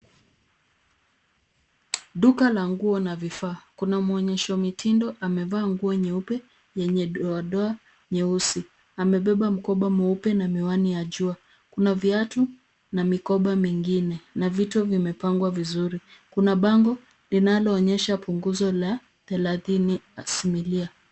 Duka la nguo na vifaa. Kuna mwonyesha mitindo amevaa nguo nyeupe yenye doa doa nyeusi. Amebeba mkoba mweupe na miwani ya jua. Kuna viatu na mikoba mingine, na vitu vimepangwa vizuri. Kuna bango linaloonyesha punguzo la thelathini asilimia.